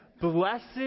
Blessed